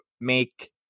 make